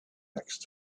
next